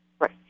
Right